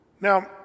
Now